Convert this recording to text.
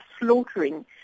slaughtering